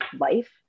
life